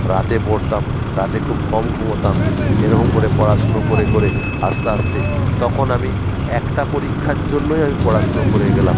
রাতে পড়তাম রাতে খুব কম ঘুমোতাম এরকম করে পড়াশুনো করে করে আস্তে আস্তে তখন আমি একটা পরীক্ষার জন্যই আমি পড়াশুনো করে গেলাম